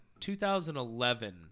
2011